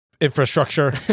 infrastructure